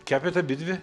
kepėt abidvi